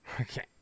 Okay